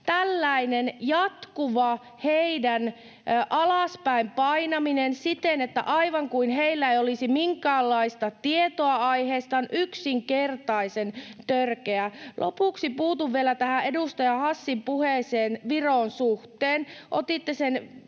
tällainen jatkuva heidän alaspäin painaminensa aivan kuin heillä ei olisi minkäänlaista tietoa aiheesta on yksinkertaisen törkeää. Lopuksi puutun vielä tähän edustaja Hassin puheeseen Viron suhteen. Otitte Viron